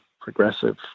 progressive